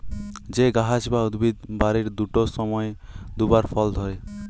যে গাহাচ বা উদ্ভিদ বারের দুট সময়ে দুবার ফল ধ্যরে